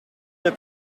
der